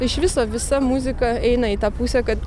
iš viso visa muzika eina į tą pusę kad